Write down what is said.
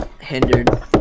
hindered